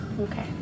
Okay